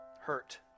hurt